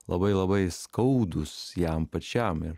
labai labai skaudūs jam pačiam ir